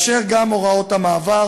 וגם הוראות המעבר